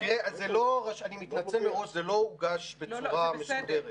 אני מתנצל מראש, זה לא הוגש בצורה מסודרת.